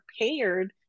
prepared